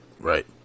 Right